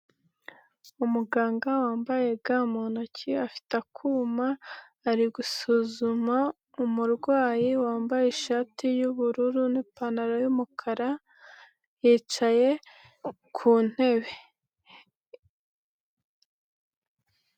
Umuganga wambaye ga mu ntoki afite akuma ari gusuzuma umurwayi wambaye ishati y'ubururu n'ipantaro y'umukara, yicaye ku ntebe.